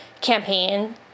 campaign